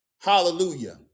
Hallelujah